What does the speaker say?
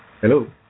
Hello